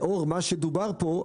לאור מה שדובר פה,